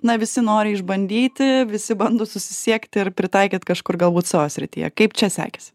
na visi nori išbandyti visi bando susisiekt ir pritaikyt kažkur galbūt savo srityje kaip čia sekėsi